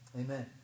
amen